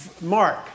Mark